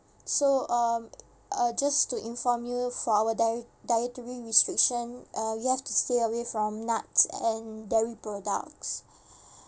so um uh just to inform you for our diet~ dietary restriction uh you have to stay away from nuts and dairy products